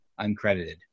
uncredited